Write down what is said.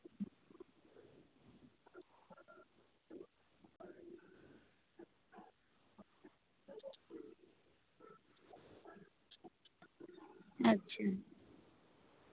ᱟᱪᱪᱷᱟ